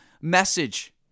message